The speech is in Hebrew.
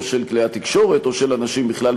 או של כלי התקשורת או של אנשים בכלל.